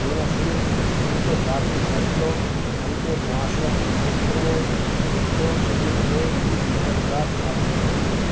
جو نہ صرف ان کے ذاتی فیصلوں بلکہ معاشرتی گفتگو گفت و شنید میں بھی مددگار ثابت ہوتی ہیں